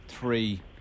Three